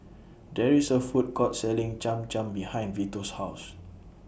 There IS A Food Court Selling Cham Cham behind Vito's House